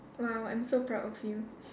!wow! I'm so proud of you